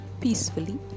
peacefully